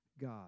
God